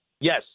Yes